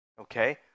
Okay